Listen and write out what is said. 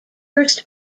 first